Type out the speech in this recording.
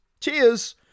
Cheers